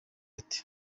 ati